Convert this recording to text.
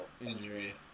injury